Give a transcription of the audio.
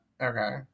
Okay